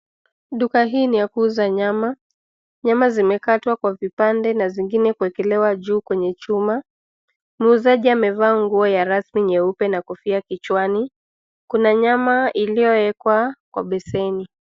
Duka hii ni ya kuuza nyama. Nyama zimekatwa kwa vipande na zingine kuwekelewa juu kwenye chuma. Muuzaji amevaa nguo ya rasmi nyeupe na kofia kichwani. Kuna nyama iliyowekwa kwa beseni.